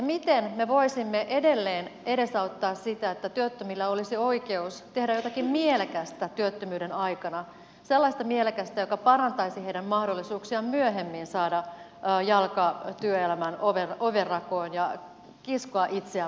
miten me voisimme edelleen edesauttaa sitä että työttömillä olisi oikeus tehdä jotakin mielekästä työttömyyden aikana sellaista mielekästä joka parantaisi heidän mahdollisuuksiaan myöhemmin saada jalka työelämän ovenrakoon ja kiskoa itseään pois työttömyydestä